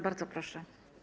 Bardzo proszę.